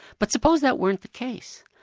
but suppose that weren't the case,